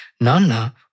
Nana